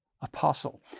apostle